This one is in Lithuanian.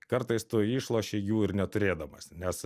kartais tu išloši jų ir neturėdamas nes